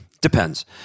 depends